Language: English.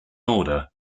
order